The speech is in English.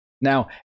Now